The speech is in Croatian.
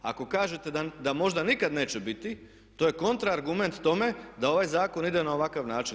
Ako kažete da možda nikad neće biti to je kontraargument tome da ovaj zakon ide na ovakav način.